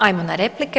Hajmo na replike.